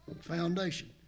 foundation